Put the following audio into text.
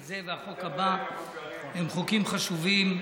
וזה והחוק הבא הם חוקים חשובים.